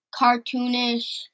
cartoonish